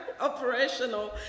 operational